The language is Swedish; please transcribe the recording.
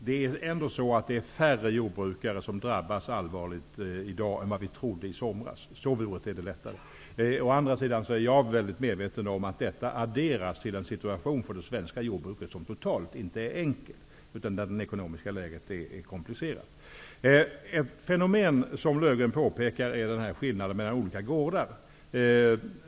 Fru talman! Det är färre jordbrukare som har drabbats allvarligt än vad vi trodde i somras. Å andra sidan är jag medveten om att detta adderas till den situation för det svenska jordbruket som inte är enkel, utan där det ekonomiska läget är komplicerat. Ett fenomen som Löfgreen pekar på är skillnaden mellan olika gårdar.